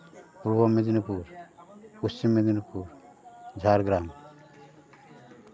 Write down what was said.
Purba Medinipur Paschim Medinipur Jhargram